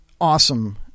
awesome